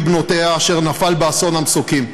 אבי בנותיה, אשר נפל באסון המסוקים,